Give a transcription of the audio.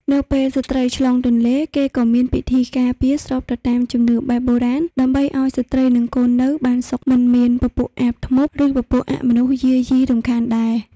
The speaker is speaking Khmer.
នៅពេលស្ត្រីឆ្លងទន្លេរគេក៏មានវិធីការពារស្របទៅតាមជំនឿបែបបុរាណដើម្បីឲ្យស្រ្តីនិងកូននៅបានសុខមិនមានពពួកអាបធ្មប់ឬពពួកអមនុស្សមកយាយីរំខានដែរ